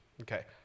okay